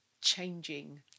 changing